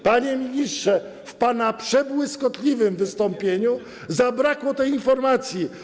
Panie ministrze, w pana przebłyskotliwym wystąpieniu zabrakło tej informacji.